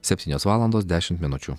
septynios valandos dešimt minučių